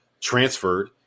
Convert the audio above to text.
transferred